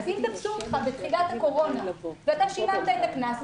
אם תפסו אותך בתחילת הקורונה ושילמת את הקנס,